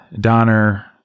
Donner